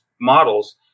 models